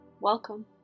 Welcome